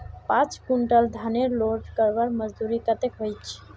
पाँच कुंटल धानेर लोड करवार मजदूरी कतेक होचए?